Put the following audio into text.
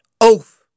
oath